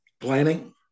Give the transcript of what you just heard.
Planning